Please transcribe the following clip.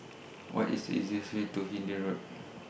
What IS The easiest Way to Hindhede Road